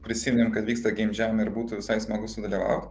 prisiminėm kad vyksta geimdžam ir būtų visai smagu sudalyvaut